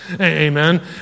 Amen